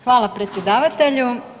Hvala predsjedavatelju.